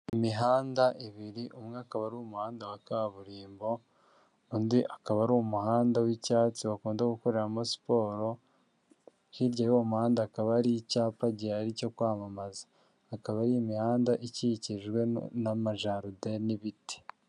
Imihanda ibiri, umwe akaba ari umuhanda wa kaburimbo, undi akaba ari umuhanda w'icyatsi bakunda gukoreramo siporo, hirya y'umuhanda hakaba hari icyapa gihari cyo kwamamaza, akaba ari imihanda ikikijwe n'amajaride n'ibiti.